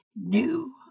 new